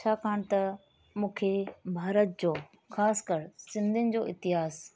छाकणि त मूंखे भारत जो ख़ासि कर सिंधीयुनि जो इतिहासु